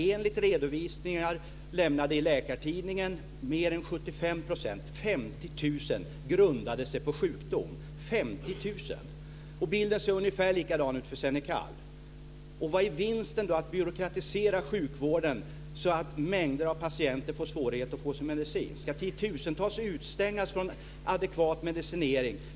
Enligt redovisningar lämnade i Läkartidningen grundades mer än 75 % av dessa förskrivningar - det gäller alltså 50 000 män - på sjukdom. Bilden är ungefär densamma för Xenical. Vad är då vinsten med att byråkratisera sjukvården så att en mängd patienter får svårigheter med att få sin medicin? Ska tiotusentals människor utestängas från adekvat medicinering?